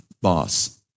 boss